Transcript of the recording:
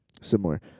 similar